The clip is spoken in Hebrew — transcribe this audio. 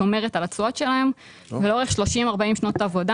שומרת על התשואות שלהם ולאורך 30-40 שנות עבודה